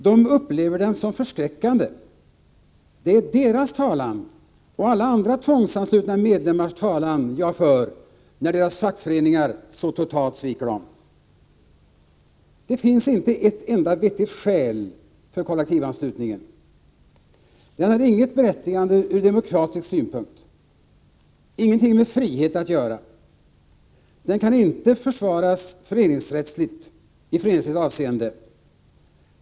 De upplever den som förskräckande. Det är deras talan och alla andra tvångsanslutna medlemmars talan jag för, när deras fackföreningar så totalt sviker dem. Det finns inte ett enda vettigt skäl för kollektivanslutningen. Den har inget berättigande från demokratisk synpunkt. Den har ingenting med frihet att göra. Den kan inte försvaras i föreningsrättsligt avseende.